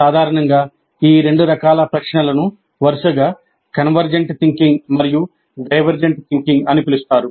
సాధారణంగా ఈ రెండు రకాల ప్రశ్నలను వరుసగా కన్వర్జెంట్ థింకింగ్ మరియు డైవర్జెంట్ థింకింగ్ అని పిలుస్తారు